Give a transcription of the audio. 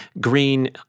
Green